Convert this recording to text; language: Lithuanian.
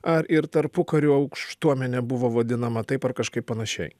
ar ir tarpukariu aukštuomenė buvo vadinama taip ar kažkaip panašiai